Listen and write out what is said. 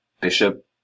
Bishop